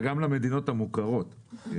גם למדינות המוכרות.